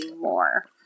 more